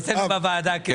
אצלנו בוועדה כן.